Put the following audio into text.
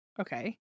Okay